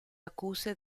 accuse